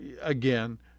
again